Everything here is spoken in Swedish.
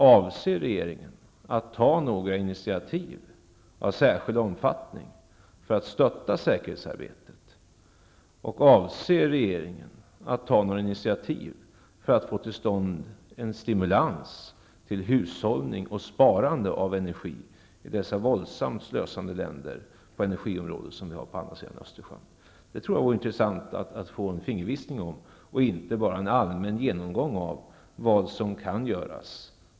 Avser regeringen att ta några initiativ av särskild omfattning för att stötta säkerhetsarbetet, och avser regeringen att ta några initiativ för att få till stånd en stimulans till hushållning och sparande av energi i dessa våldsamt energislösande länder på andra sidan Östersjön? Det vore intressant att få en fingervisning om det i stället för bara en allmän genomgång av vad som kan göras.